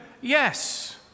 Yes